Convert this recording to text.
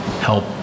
help